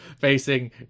facing